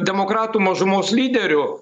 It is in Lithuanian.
demokratų mažumos lyderiu